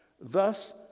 Thus